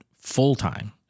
full-time